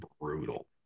brutal